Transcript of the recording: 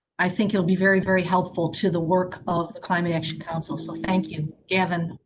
i think you'll be very, very helpful to the work of the climate action council. so thank you, gavin.